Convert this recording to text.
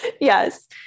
Yes